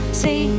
see